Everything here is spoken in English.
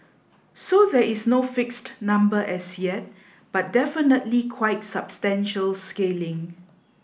so there is no fixed number as yet but definitely quite substantial scaling